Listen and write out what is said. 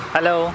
Hello